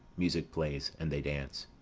music plays, and they dance.